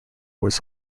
was